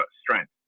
strength